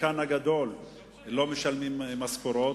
חלקן הגדול לא משלם משכורות,